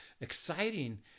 exciting